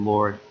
Lord